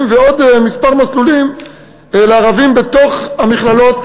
ועוד כמה מסלולים לערבים בתוך המכללות